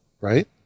right